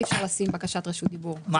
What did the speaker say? אי אפשר לשים בקשת רשות דיבור,